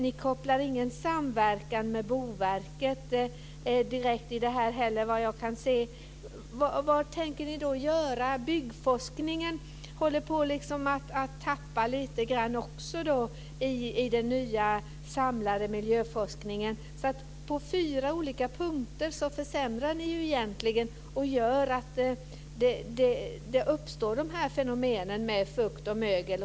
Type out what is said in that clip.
Ni kopplar inte heller någon samverkan med Boverket direkt till detta, såvitt jag kan se. Vad tänker ni då göra? Också byggforskningen håller på att tappa lite grann i den nya samlade miljöforskningen. På fyra olika punkter försämrar ni och bidrar därmed till att det uppstår fukt och mögel.